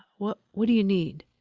what what do you need?